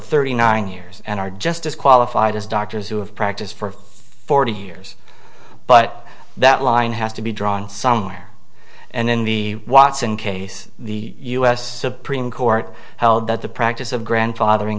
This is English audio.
thirty nine years and are just as qualified as doctors who have practiced for forty years but that line has to be drawn somewhere and in the watson case the us supreme court held that the practice of grandfathering